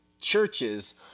churches